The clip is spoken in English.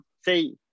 see